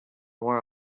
world